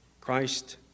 Christ